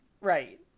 Right